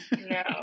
no